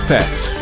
Pets